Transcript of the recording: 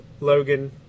Logan